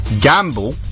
gamble